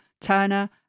Turner